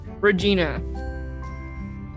Regina